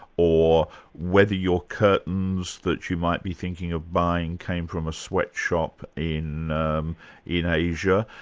or whether your curtains that you might be thinking of buying came from a sweatshop in um in asia.